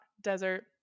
desert